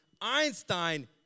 Einstein